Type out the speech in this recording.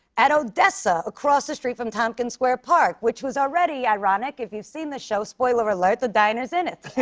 at odessa, across the street from tompkins square park, which was already ironic. if you've seen the show spoiler alert the diner's in it.